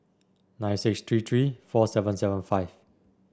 nine six three three four seven seven five